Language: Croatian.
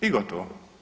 I gotovo.